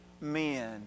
men